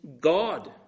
God